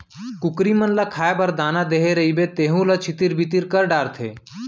कुकरी मन ल खाए बर दाना देहे रइबे तेहू ल छितिर बितिर कर डारथें